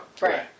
Right